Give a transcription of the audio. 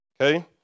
Okay